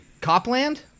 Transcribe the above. Copland